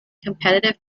competitive